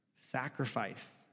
sacrifice